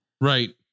Right